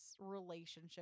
relationship